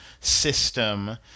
system